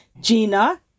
Gina